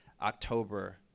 October